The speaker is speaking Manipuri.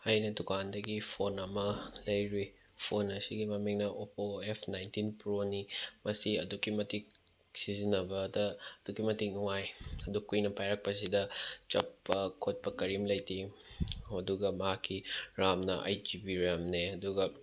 ꯑꯩꯅ ꯗꯨꯀꯥꯟꯗꯒꯤ ꯐꯣꯟ ꯑꯃ ꯂꯩꯔꯨꯏ ꯐꯣꯟ ꯑꯁꯤꯒꯤ ꯃꯃꯤꯡꯅ ꯑꯣꯄꯣ ꯑꯦꯐ ꯅꯥꯏꯟꯇꯤꯟ ꯄ꯭ꯔꯣꯅꯤ ꯃꯁꯤ ꯑꯗꯨꯛꯀꯤ ꯃꯇꯤꯛ ꯁꯤꯖꯤꯟꯅꯕꯗ ꯑꯗꯨꯛꯀꯤ ꯃꯇꯤꯛ ꯅꯨꯡꯉꯥꯏ ꯑꯗꯨ ꯀꯨꯏꯅ ꯄꯥꯏꯔꯛꯄꯁꯤꯗ ꯆꯞꯄ ꯈꯣꯠꯄ ꯀꯔꯤꯝꯇ ꯂꯩꯇꯦ ꯍꯣ ꯑꯗꯨꯒ ꯃꯥꯒꯤ ꯔꯥꯝꯅ ꯑꯩꯠ ꯖꯤ ꯕꯤ ꯔꯥꯝꯅꯦ ꯑꯗꯨꯒ